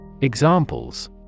Examples